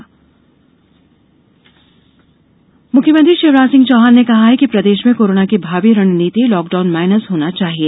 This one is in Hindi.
लॉकडाउन माइनस मुख्यमंत्री शिवराज सिंह चौहान ने कहा है कि प्रदेश में कोरोना की भावी रणनीति लॉकडाउन माइनस होना चाहिए